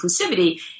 inclusivity